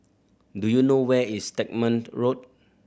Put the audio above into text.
do you know where is Stagmont Road